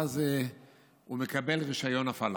ואז הוא מקבל רישיון הפעלה.